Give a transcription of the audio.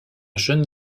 jeune